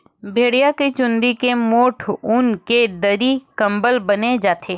भेड़िया के चूंदी के मोठ ऊन के दरी, कंबल बनाए जाथे